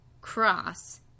cross